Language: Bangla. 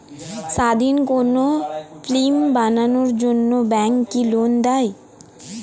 স্বাধীন কোনো ফিল্ম বানানোর জন্য ব্যাঙ্ক কি লোন দেয়?